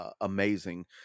amazing